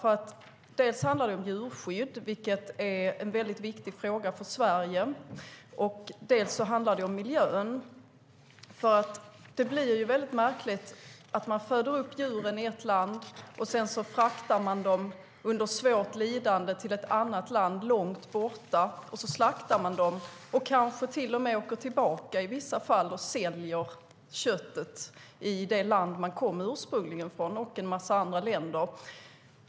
Dels handlar det om djurskydd, som är en viktig fråga för Sverige, dels handlar det om miljön. Det blir märkligt att man föder upp djuren i ett land och sedan fraktar dem under svårt lidande till ett annat land långt borta för att slakta dem och till och med i vissa fall sedan åka tillbaka och sälja köttet i ursprungslandet och i en massa andra länder.